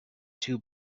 two